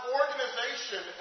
organization